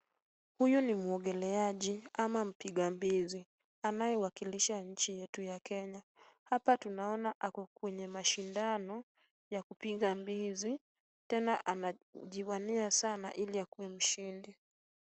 Huyu ni mwongeleaji ama mpiga mbizi anayewakilisha nchi yetu ya Kenya. Hapa tunaona ako kwenye mashindano ya kupiga mbizi tena anajivania sana hili akuwe mshindi.